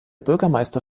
bürgermeister